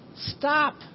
Stop